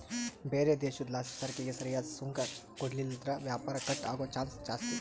ಬ್ಯಾರೆ ದೇಶುದ್ಲಾಸಿಸರಕಿಗೆ ಸರಿಯಾದ್ ಸುಂಕ ಕೊಡ್ಲಿಲ್ಲುದ್ರ ವ್ಯಾಪಾರ ಕಟ್ ಆಗೋ ಚಾನ್ಸ್ ಜಾಸ್ತಿ